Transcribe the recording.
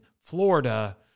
Florida